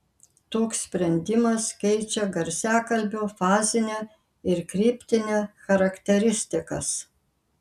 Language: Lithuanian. toks sprendimas keičia garsiakalbio fazinę ir kryptinę charakteristikas